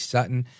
Sutton